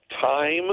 time